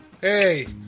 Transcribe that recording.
Hey